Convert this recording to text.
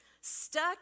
Stuck